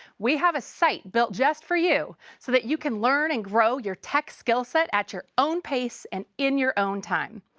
we have a site built just for you so that you can learn and grow your tech skill set at your own pace and in your own time.